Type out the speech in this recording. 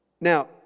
Now